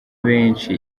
benshi